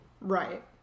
Right